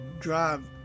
drive